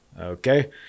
Okay